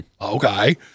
okay